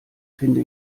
finde